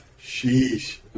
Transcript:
Sheesh